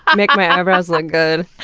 um make my eyebrows look good,